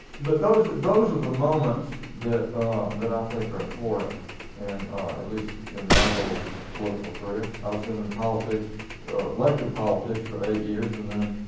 but those those are the moments that that i think are important and at least in my little political career. i was in politics elective politics for eight years and then